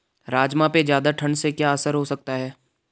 राजमा पे ज़्यादा ठण्ड से क्या असर हो सकता है?